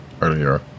earlier